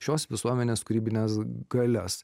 šios visuomenės kūrybines galias